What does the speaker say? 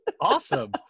Awesome